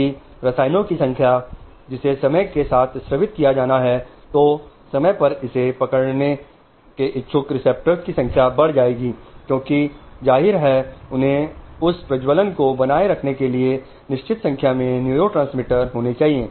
यदि रसायनों की संख्या जिसे समय के साथ स्रावित किया जाना है तो समय पर इसे पकड़ने के इच्छुक रिसेप्टर्स की संख्या बढ़ जाएगी क्योंकि जाहिर है उन्हें उस प्रज्वलन को बनाए रखने के लिए निश्चित संख्या में न्यूरोट्रांसमीटर होने चाहिए